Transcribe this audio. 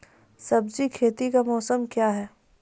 सब्जी खेती का मौसम क्या हैं?